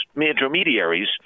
intermediaries